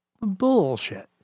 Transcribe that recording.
Bullshit